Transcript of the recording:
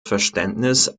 verständnis